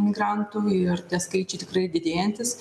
migrantų ir tie skaičiai tikrai didėjantys